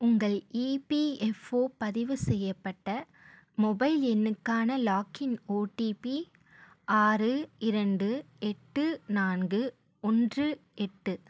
உங்கள் இபிஎஃப்ஓ பதிவு செய்யப்பட்ட மொபைல் எண்ணுக்கான லாகின் ஓடிபி ஆறு இரண்டு எட்டு நான்கு ஒன்று எட்டு